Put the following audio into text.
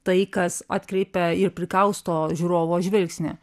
tai kas atkreipia ir prikausto žiūrovo žvilgsnį